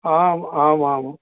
आम् आम् आम्